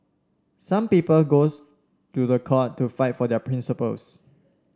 some people goes to the court to fight for their principles